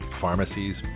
pharmacies